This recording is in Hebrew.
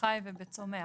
בחי ובצומח.